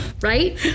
right